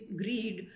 greed